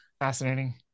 fascinating